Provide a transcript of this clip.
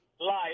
life